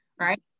right